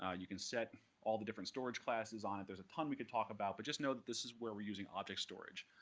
ah you can set all the different storage classes on it. there's a ton we can talk about, but just know that this is where we're using object storage.